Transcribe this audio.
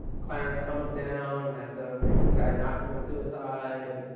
clarence comes down, has to make this guy not commit suicide. and